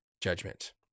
judgment